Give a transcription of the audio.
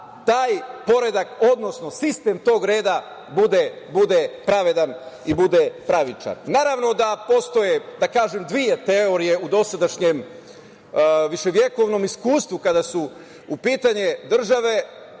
taj poredak, odnosno sistem tog reda bude pravedan i bude pravičan. Naravno da postoje, da kažem, dve teorije u dosadašnjem viševekovnom iskustvu kada su u pitanju države,